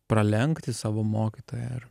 pralenkti savo mokytoją ar